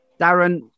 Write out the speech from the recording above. Darren